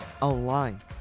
online